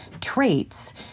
traits